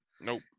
Nope